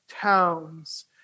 towns